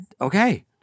Okay